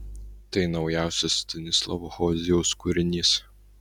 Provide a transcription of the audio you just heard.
tai naujausias stanislavo hozijaus kūrinys